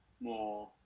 more